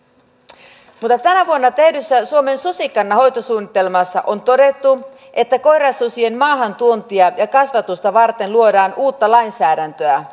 mutta tänä vuonna tehdyssä suomen susikannan hoitosuunnitelmassa on todettu että koirasusien maahantuontia ja kasvatusta varten luodaan uutta lainsäädäntöä